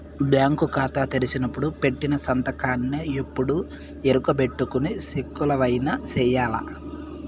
bank కాతా తెరిసినపుడు పెట్టిన సంతకాన్నే ఎప్పుడూ ఈ ఎరుకబెట్టుకొని సెక్కులవైన సెయ్యాల